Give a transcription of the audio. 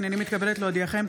הינני מתכבדת להודיעכם,